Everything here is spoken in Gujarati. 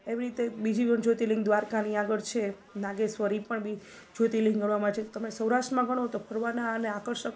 એવી રીતે બીજી જ્યોતિર્લીંગ દ્વારકાની આગળ છે નાગેશ્વર એ પણ બી જ્યોતિર્લીંગ ગણવામાં છે તમે સૌરાષ્ટ્રમાં તો ફરવાના અને આકર્ષક